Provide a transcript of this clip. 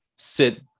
Sit